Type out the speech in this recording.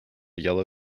yellow